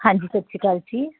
ਹਾਂਜੀ ਸਤਿ ਸ਼੍ਰੀ ਅਕਾਲ ਜੀ